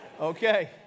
Okay